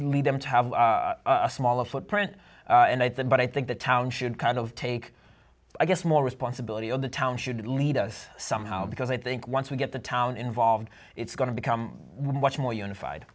lead them to have a smaller footprint and that's the but i think the town should kind of take i guess more responsibility on the town should lead us somehow because i think once we get the town involved it's going to become much more unified